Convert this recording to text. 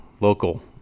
local